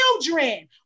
children